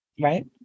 right